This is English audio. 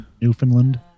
Newfoundland